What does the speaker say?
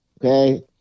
Okay